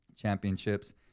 championships